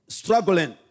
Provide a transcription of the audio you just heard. struggling